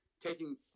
taking